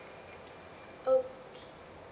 okay